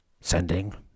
sending